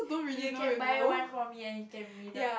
you can buy one for me and we can meet up